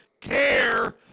care